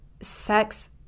sex